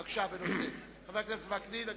בבקשה, אדוני השר.